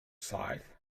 sight